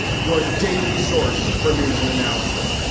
your daily source for news and analysis.